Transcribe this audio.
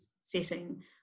setting